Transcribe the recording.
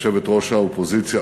יושבת-ראש האופוזיציה,